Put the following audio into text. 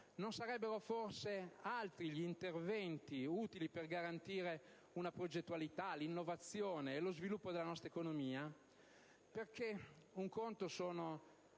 Non sarebbero forse altri gli interventi utili per garantire una progettualità, l'innovazione e lo sviluppo della nostra economia? Un conto sono